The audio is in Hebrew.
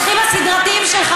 הרוצחים הסדרתיים שלך,